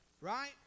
right